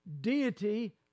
deity